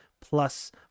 Plus